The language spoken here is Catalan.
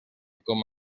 com